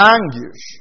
Anguish